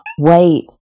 wait